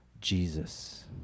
Jesus